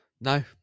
No